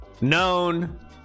known